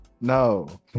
no